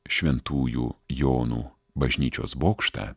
šventųjų jonų bažnyčios bokštą